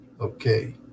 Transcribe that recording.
Okay